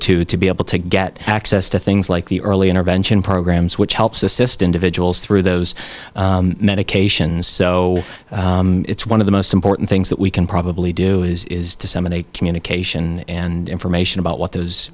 to to be able to get access to things like the early intervention programs which helps assistant vigils through those medications so it's one of the most important things that we can probably do is disseminate communication and information about what those